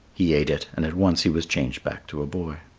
he ate it and at once he was changed back to a boy.